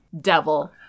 devil